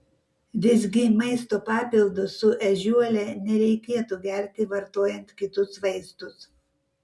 visgi maisto papildus su ežiuole nereikėtų gerti vartojant kitus vaistus